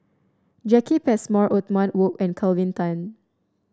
Jacki Passmore Othman Wok and Kelvin Tan